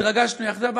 התרגשנו יחדיו,